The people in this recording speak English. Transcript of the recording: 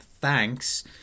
thanks